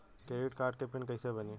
Credit card के PIN कैसे बनी?